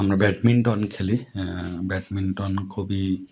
আমরা ব্যাডমিন্টন খেলি ব্যাডমিন্টন খুবই